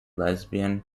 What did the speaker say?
lesbian